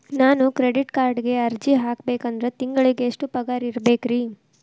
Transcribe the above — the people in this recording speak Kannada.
ನಾನು ಕ್ರೆಡಿಟ್ ಕಾರ್ಡ್ಗೆ ಅರ್ಜಿ ಹಾಕ್ಬೇಕಂದ್ರ ತಿಂಗಳಿಗೆ ಎಷ್ಟ ಪಗಾರ್ ಇರ್ಬೆಕ್ರಿ?